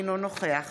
אינו נוכח